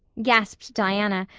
gasped diana,